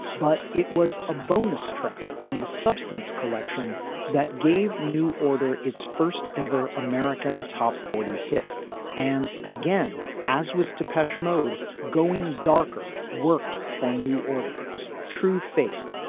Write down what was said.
but it was a bonus track on the substance collection that gave new order its first ever american top forty hit and again as with depeche mode going darker worked for new order true faith.